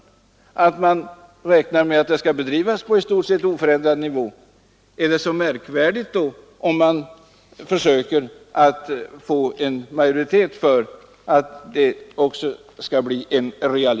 Är det då så märkvärdigt att man försöker få en majoritet för att det skall bli en realitet att nivån på verksamheten blir i stort sett oförändrad.